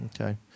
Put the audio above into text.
Okay